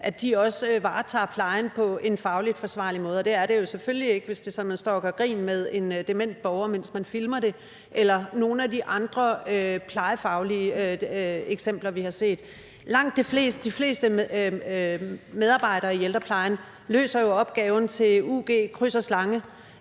af dem, også varetager plejen på en fagligt forsvarlig måde, og det er det jo selvfølgelig ikke, hvis det er sådan, at man står og gør grin med en dement borger, mens man filmer det, eller nogle af de andre plejefaglige eksempler, vi har set. Langt de fleste medarbejdere i ældreplejen løser jo opgaven til ug med kryds og slange,